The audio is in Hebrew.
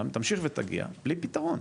גם תמשיך ותגיע, בלי פתרון.